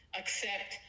accept